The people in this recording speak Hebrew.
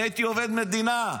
אני הייתי עובד מדינה.